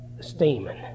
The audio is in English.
steaming